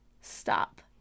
Stop